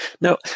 Now